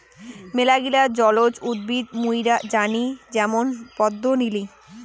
মেলাগিলা জলজ উদ্ভিদ মুইরা জানি যেমন পদ্ম, নিলি